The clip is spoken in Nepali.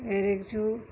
हेरेको छु